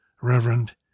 Reverend